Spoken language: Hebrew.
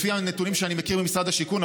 לפי הנתונים שאני מכיר ממשרד השיכון,